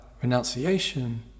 renunciation